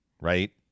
right